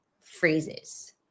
phrases